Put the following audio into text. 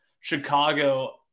Chicago